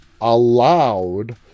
allowed